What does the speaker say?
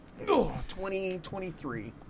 2023